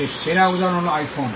এর সেরা উদাহরণ হল আইফোন